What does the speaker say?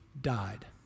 died